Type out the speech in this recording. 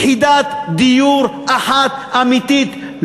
לא רק שלא נבנתה יחידת דיור אחת אמיתית,